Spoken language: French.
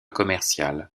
commercial